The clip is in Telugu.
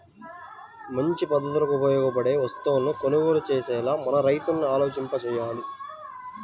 మంచి పద్ధతులకు ఉపయోగపడే వస్తువులను కొనుగోలు చేసేలా మన రైతుల్ని ఆలోచింపచెయ్యాలి